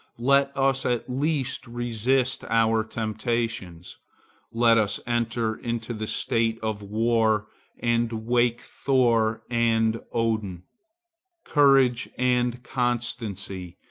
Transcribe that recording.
let us at least resist our temptations let us enter into the state of war and wake thor and woden, courage and constancy,